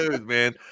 man